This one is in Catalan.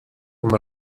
com